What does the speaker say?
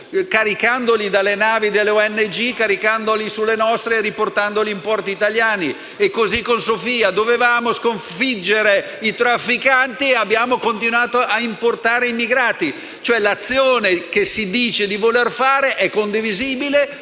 caricandoli dalle navi delle ONG sulle nostre navi e portandoli nei porti italiani. Lo stesso è stato fatto con Sophia: dovevamo sconfiggere i trafficanti e abbiamo continuato a importare immigrati. Cioè, l'azione che si dice di voler fare è condivisibile,